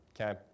okay